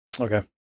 Okay